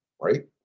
Right